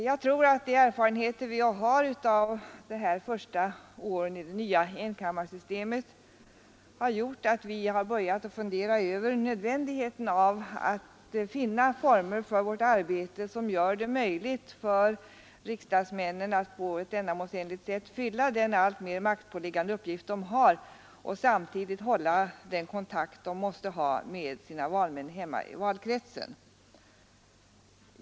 Jag tror att de erfarenheter som vi under de första åren fått av det nya enkammarsystemet har gjort att vi börjat fundera över nödvändigheten av att finna former för vårt arbete som gör det möjligt för riksdagsmännen att på ett ändamålsenligt sätt fylla denna alltmer maktpåliggande uppgift och samtidigt hålla den kontakt de måste ha med sina valmän hemma i valkretsen.